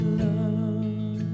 love